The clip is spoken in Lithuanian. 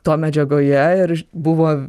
to medžiagoje ir buvo